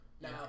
Now